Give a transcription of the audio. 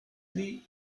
sie